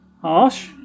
Harsh